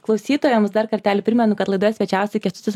klausytojams dar kartelį primenu kad laidoje svečiavosi kęstutis